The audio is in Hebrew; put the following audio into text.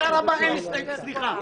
אנחנו אתך.